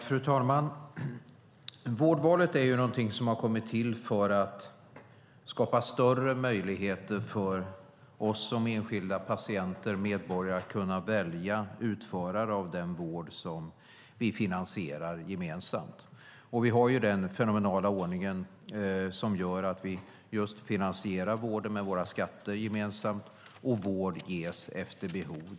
Fru talman! Vårdvalet har kommit till för att skapa större möjligheter för oss som enskilda patienter och medborgare att välja utförare av den vård som vi finansierar gemensamt. Vi har ju den fenomenala ordningen att vi just finansierar vården med våra skatter gemensamt och att vård ges efter behov.